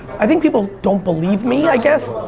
i think people don't believe me, i guess.